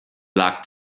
luck